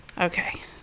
Okay